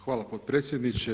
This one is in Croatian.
Hvala potpredsjedniče.